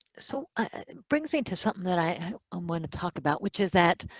so it brings me to something that i um want to talk about, which is that